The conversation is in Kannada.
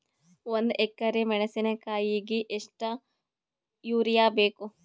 ಒಂದ್ ಎಕರಿ ಮೆಣಸಿಕಾಯಿಗಿ ಎಷ್ಟ ಯೂರಿಯಬೇಕು?